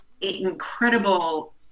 incredible